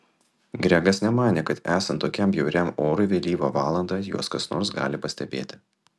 gregas nemanė kad esant tokiam bjauriam orui vėlyvą valandą juos kas nors gali pastebėti